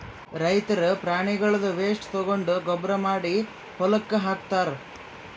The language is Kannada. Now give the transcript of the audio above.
ರೈತರ್ ಪ್ರಾಣಿಗಳ್ದ್ ವೇಸ್ಟ್ ತಗೊಂಡ್ ಗೊಬ್ಬರ್ ಮಾಡಿ ಹೊಲಕ್ಕ್ ಹಾಕ್ತಾರ್